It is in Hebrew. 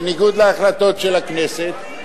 בניגוד להחלטות של הכנסת,